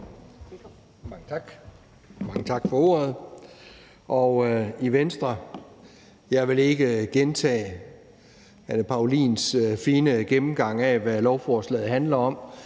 Mange tak for ordet. Jeg vil ikke gentage Anne Paulins fine gennemgang af, hvad lovforslaget handler om;